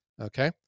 okay